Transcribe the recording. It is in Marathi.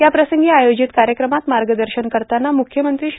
त्याप्रसंगी आयोजित कार्यक्रमात मार्गदर्शन करतांना मुख्यमंत्री श्री